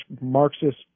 Marxist